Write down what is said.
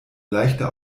leichter